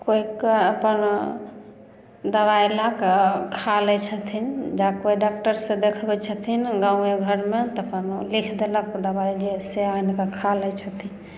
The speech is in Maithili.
कोइ अपन दबाइ लऽ कऽ खा लै छथिन या कोइ डाक्टर से देखबै छथिन गाँवए घरमे तखन ओ लिख देलक ओ दबाइ से आनिके खा लै छथिन